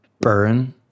burn